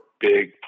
big